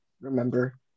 remember